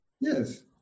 Yes